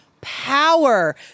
power